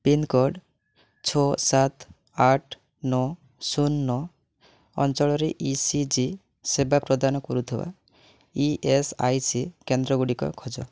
pincode ଛଅ ସାତ ଆଠ ନଅ ଶୂନ ନଅ ଅଞ୍ଚଳରେ ଇ ସି ଜି ସେବା ପ୍ରଦାନ କରୁଥିବା ଇ ଏସ୍ ଆଇ ସି କେନ୍ଦ୍ର ଗୁଡ଼ିକ ଖୋଜ